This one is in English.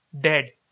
dead